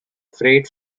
freight